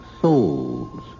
souls